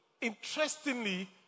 interestingly